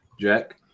Jack